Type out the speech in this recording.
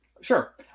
Sure